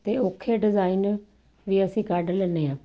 ਅਤੇ ਔਖੇ ਡਿਜ਼ਾਇੰਨ ਵੀ ਅਸੀਂ ਕੱਢ ਲੈਂਦੇ ਹਾ